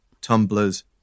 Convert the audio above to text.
tumblers